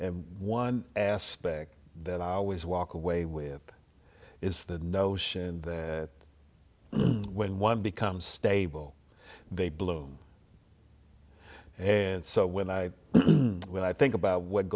and one aspect that i always walk away with is the notion that when one becomes stable they bloom and so when i when i think about what